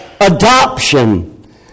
adoption